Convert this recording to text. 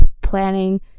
planning